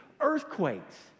earthquakes